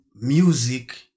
music